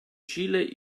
chile